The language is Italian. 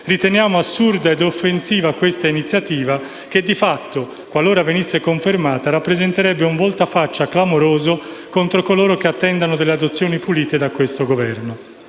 riteniamo assurda e offensiva questa iniziativa che di fatto, qualora fosse confermata, rappresenterebbe un voltafaccia clamoroso contro coloro che attendono delle adozioni pulite da questo Governo».